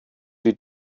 die